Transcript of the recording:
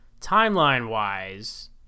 timeline-wise